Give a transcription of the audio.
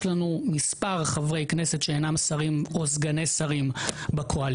יש לנו מספר חברי כנסת שאינם שרים או סגני שרים בקואליציה,